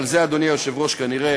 אבל זה, אדוני היושב-ראש, כנראה